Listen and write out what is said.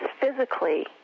physically